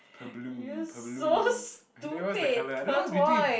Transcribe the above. purblue purblue then what is the colour I don't know what's between